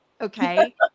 okay